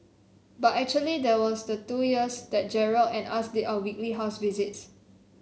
but actually there was the two years that Gerald and us did our weekly house visits